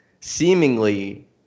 Seemingly